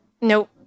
Nope